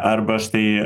arba štai